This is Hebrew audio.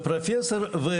לפרופ' יבגני סובה,